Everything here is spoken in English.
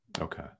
Okay